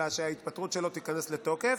אלא שההתפטרות שלו תיכנס לתוקף.